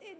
e